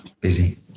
Busy